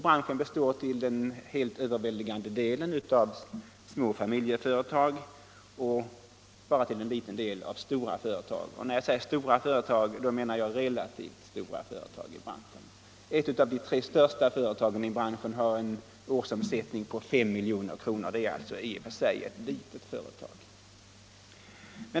Branschen består till den helt överväldigande delen av små familjeföretag och bara till en liten del av stora företag. När jag säger stora företag då menar jar relativt stora företag i branschen. Ett av de tre största företagen i branschen har en årsomsättning på 5 milj.kr. Det är alltså i och för sig ett litet företag.